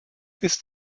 bis